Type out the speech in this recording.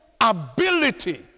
ability